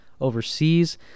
overseas